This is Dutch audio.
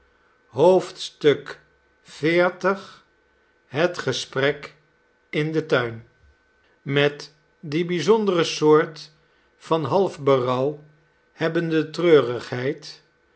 het gesprek in den tuin met die bijzondere soort van half berouw hebbende treurigheid